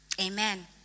Amen